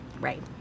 Right